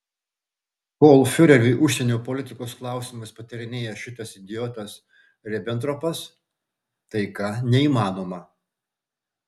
kol fiureriui užsienio politikos klausimais patarinėja šitas idiotas ribentropas taika neįmanoma